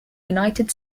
united